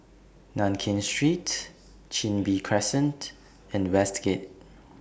Nankin Street Chin Bee Crescent and Westgate